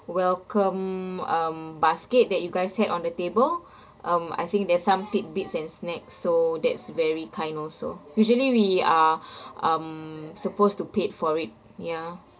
welcome um basket that you guys had on the table um I think there's some tidbits and snack so that's very kind also usually we are um supposed to paid for it ya